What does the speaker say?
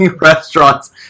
restaurants